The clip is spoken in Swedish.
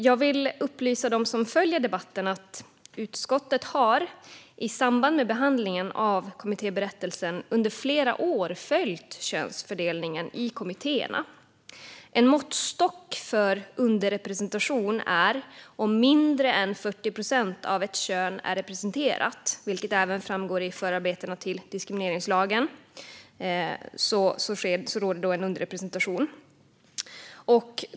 Jag vill upplysa dem som följer debatten om att utskottet, i samband med behandlingen av kommittéberättelsen, under flera år har följt könsfördelningen i kommittéerna. En måttstock för om det råder underrepresentation är om mindre än 40 procent av ett kön är representerat, vilket även framgår i förarbetena till diskrimineringslagen.